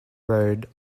road